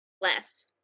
Less